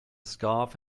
scarf